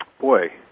Boy